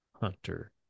Hunter